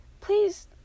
please